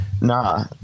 Nah